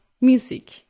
music